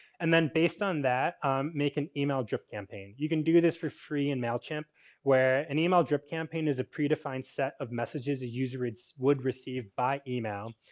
and then based on that make an email drip campaign. you can do this for free in mailchimp where an email drip campaign is a predefined set of messages users would receive by email.